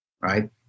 Right